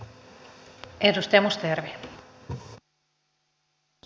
arvoisa puhemies